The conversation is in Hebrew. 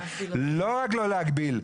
לא רק לא להגביל,